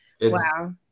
wow